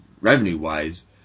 revenue-wise